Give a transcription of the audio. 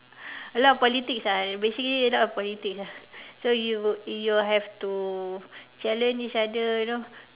a lot of politics lah basically a lot of politics lah so you you have to challenge each other you know